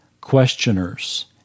questioners